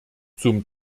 zum